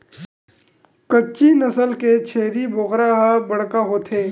कच्छी नसल के छेरी बोकरा ह बड़का होथे